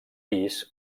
pis